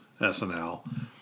SNL